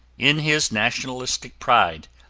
in his nationalistic pride,